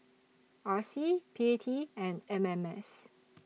R C P T and M M S